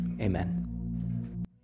Amen